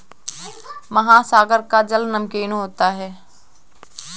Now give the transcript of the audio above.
महासागर का जल नमकीन होता है